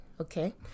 Okay